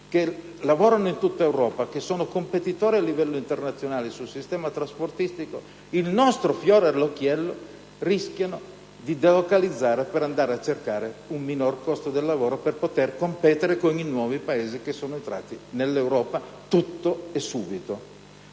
che lavorano in tutta Europa, competitori a livello internazionale sul sistema trasportistico, che sono il nostro fiore all'occhiello - rischiano di delocalizzare per andare a cercare un minor costo del lavoro allo scopo di competere con i nuovi Paesi entrati in Europa, tutto e subito.